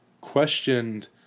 questioned